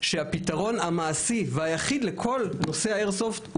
כשהפתרון המעשי והיחיד לכל נושא האיירסופט,